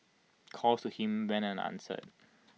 calls to him went answered